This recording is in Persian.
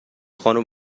خانم